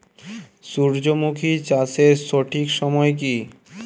সূর্যমুখী চাষের সঠিক সময় কি?